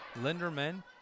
Linderman